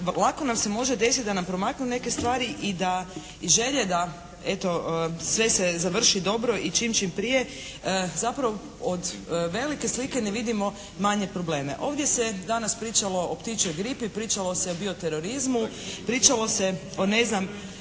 lako nam se može desiti da nam promaknu neke stvari i da i želje da eto sve se završi dobro i čim, čim prije, zapravo od velike slike ne vidimo manje probleme. Ovdje se danas pričalo o ptičjoj gripi, pričalo se o bioterorizmu, pričalo se o ne znam